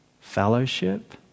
Fellowship